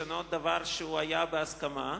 דבר שהיה בהסכמה.